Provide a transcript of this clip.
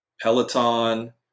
Peloton